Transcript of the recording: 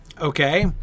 okay